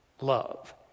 love